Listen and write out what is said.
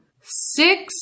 six